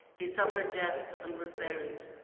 he suffered death and was buried.